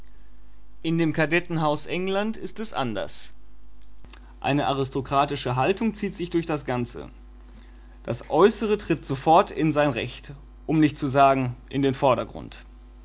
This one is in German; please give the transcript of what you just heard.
in dem kadettenhaus england ist es anders eine aristokratische haltung zieht sich durch das ganze das äußere tritt sofort in sein recht um nicht zu sagen in den vordergrund